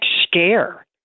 scare